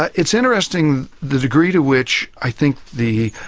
ah it's interesting, the degree to which i think the